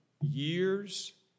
years